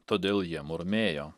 todėl jie murmėjo